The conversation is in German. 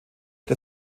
der